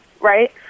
right